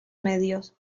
medios